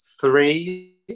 Three